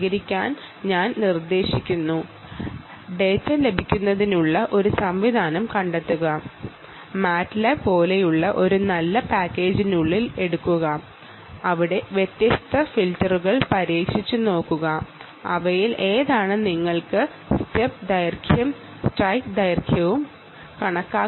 MATLAB പോലുള്ള ഒരു നല്ല പാക്കേജ് ഉപയോഗിച്ച് ഡാറ്റ ലഭിക്കുന്നതിനുള്ള ഒരു സംവിധാനം കണ്ടെത്തുക അവിടെ വ്യത്യസ്ത ഫിൽറ്ററുകൾ പരീക്ഷിച്ച് നോക്കുക അവയിൽ ഏതാണ് നിങ്ങൾക്ക് സ്റ്റെപ്പ് ദൈർഘ്യവും സ്ട്രൈഡ് ദൈർഘ്യവും കണക്കാക്കുന്നത് എന്ന് നോക്കുക